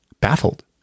baffled